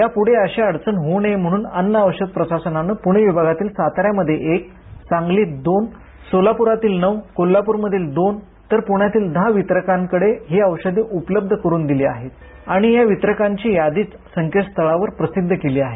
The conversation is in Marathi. यापुढे अशी अडचण होऊ नये म्हणून अन्न औषध प्रशासनानं पुणे विभागातील साता यामध्ये एक सांगलीत दोन सोलापूरातील नऊ कोल्हापूरमधील दोन तर पुण्यातील दहा वितरकांकडे ही औषधं उपलब्ध करून दिली आहेत आणि या वितरकांची यांदीच संकेत स्थळावर प्रसिध्द केली आहे